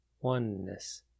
Oneness